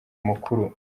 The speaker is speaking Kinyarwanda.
mukuru